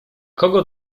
kogo